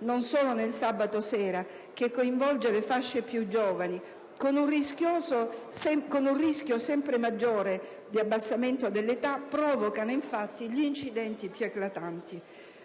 non solo del sabato sera, che coinvolge le fasce più giovani, con un rischio sempre maggiore di abbassamento dell'età, provoca infatti gli incidenti più eclatanti.